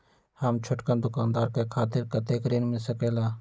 हम छोटकन दुकानदार के खातीर कतेक ऋण मिल सकेला?